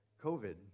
COVID